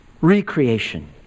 recreation